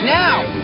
now